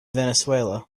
venezuela